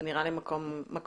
זה נראה לי מקור טוב.